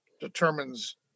determines